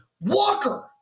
Walker